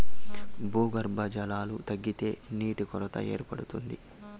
భూగర్భ జలాలు తగ్గితే నీటి కొరత ఏర్పడుతుంది